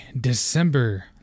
December